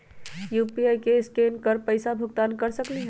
UPI से scan कर पईसा भुगतान कर सकलीहल?